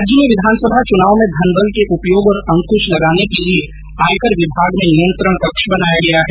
प्रदेश में विधानसभा चुनाव में धनबल के उपयोग पर अंकुश लगाने के लिए आयकर विभाग में नियंत्रण कक्ष बनाया गया है